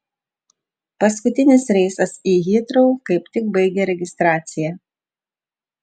paskutinis reisas į hitrou kaip tik baigė registraciją